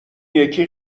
یکی